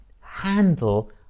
Handle